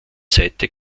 seite